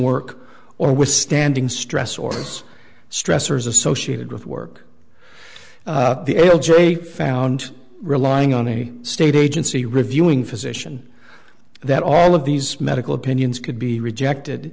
work or withstanding stress orders stressors associated with work found relying on a state agency reviewing physician that all of these medical opinions could be rejected